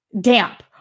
Damp